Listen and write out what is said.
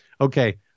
Okay